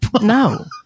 No